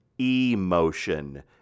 emotion